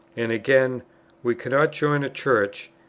and again we cannot join a church,